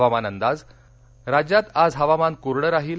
हवामान राज्यात आज हवामान कोरडं राहील